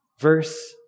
Verse